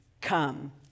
come